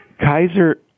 Kaiser